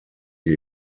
die